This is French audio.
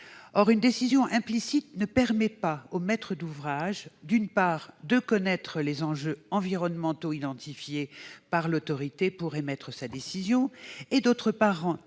Or une décision implicite, d'une part, ne permet pas au maître d'ouvrage de connaître les enjeux environnementaux identifiés par l'autorité pour émettre sa décision, et, d'autre part,